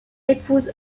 épouse